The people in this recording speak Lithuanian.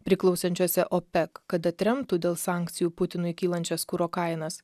priklausančiose opek kad atremtų dėl sankcijų putinui kylančias kuro kainas